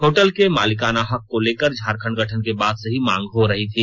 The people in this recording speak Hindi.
होटल के मालिकाना हक को लेकर झारखंड गठन के बाद से मांग हो रही थी